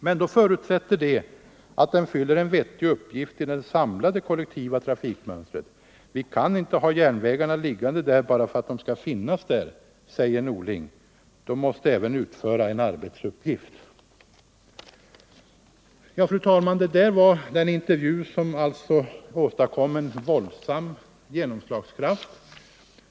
Men då förutsätter det att den fyller en vettig uppgift i den samlade kollektiva trafikmönstret. Vi kan inte ha järnvägarna liggande där bara för att de skall finnas där, säger Bengt Norling. De måste även utföra en arbetsuppgift.” Fru talman! Det där var den intervju som fick en så våldsam genomslagskraft.